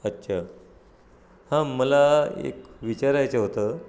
अच्छा हा मला एक विचारायचं होतं